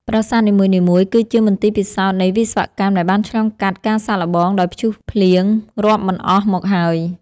ប្រាសាទនីមួយៗគឺជាមន្ទីរពិសោធន៍នៃវិស្វកម្មដែលបានឆ្លងកាត់ការសាកល្បងដោយព្យុះភ្លៀងរាប់មិនអស់មកហើយ។